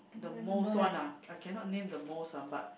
the most one ah I cannot name the most ah but